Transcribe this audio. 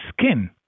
skin